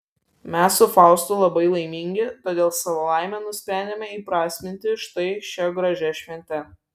mes su faustu labai laimingi todėl savo laimę nusprendėme įprasminti štai šia gražia švente